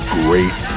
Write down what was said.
great